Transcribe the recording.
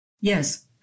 Yes